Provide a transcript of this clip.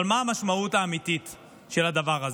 אבל מה המשמעות האמיתית של הדבר הזה?